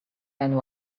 and